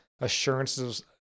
assurances